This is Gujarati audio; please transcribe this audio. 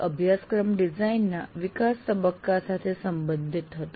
તે અભ્યાસક્રમ ડિઝાઇન ના વિકાસ તબક્કા સાથે સંબંધિત હતો